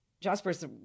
Jasper's